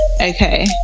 okay